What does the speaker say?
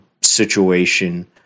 situation